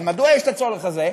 אבל מדוע יש את הצורך הזה?